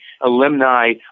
alumni